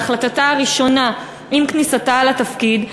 בהחלטתה הראשונה עם כניסתה לתפקיד,